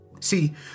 See